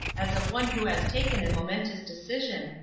as of one who has taken a momentous decision,